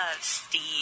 Steve